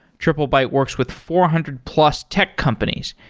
triplebyte works with four hundred plus tech companies,